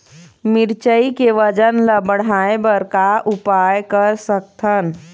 मिरचई के वजन ला बढ़ाएं बर का उपाय कर सकथन?